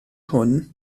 hwn